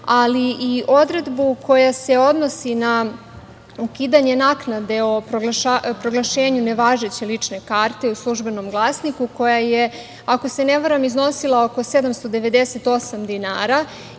ali i odredbu koja se odnosi na ukidanje naknade o proglašenju nevažeće lične karte u „Službenom glasniku“, koja je, ako se ne varam, iznosila oko 798 dinara